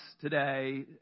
today